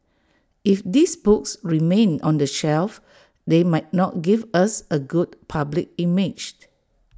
if these books remain on the shelf they might not give us A good public image